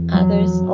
others